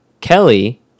Kelly